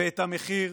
ואת המחיר,